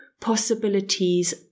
possibilities